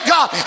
God